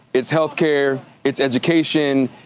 it's health care, it's education,